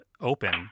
open